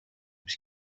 was